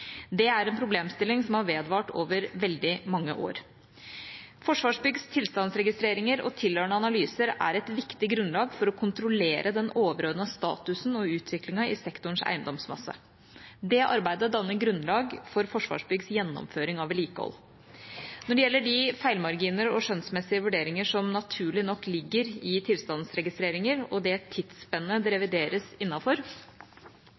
Det er en problemstilling som har vedvart over veldig mange år. Forsvarsbyggs tilstandsregistreringer og tilhørende analyser er et viktig grunnlag for å kontrollere den overordnede statusen og utviklingen i sektorens eiendomsmasse. Det arbeidet danner grunnlag for Forsvarsbyggs gjennomføring av vedlikehold. Når det gjelder de feilmarginer og skjønnsmessige vurderinger som naturlig nok ligger i tilstandsregistreringer, og det tidsspennet det